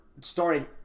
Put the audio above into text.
starting